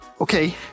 Okay